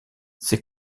ses